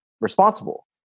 responsible